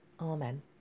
Amen